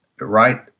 right